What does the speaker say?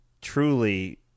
truly